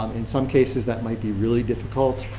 um in some cases that might be really difficult.